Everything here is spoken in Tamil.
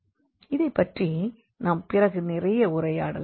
இதைப்பற்றி நாம் பிறகு நிறைய உரையாடலாம்